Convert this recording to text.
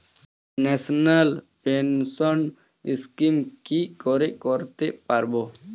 National pension scheme কি করে করতে পারব?